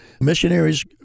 missionaries